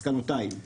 מסקנותיי,